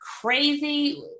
crazy